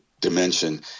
dimension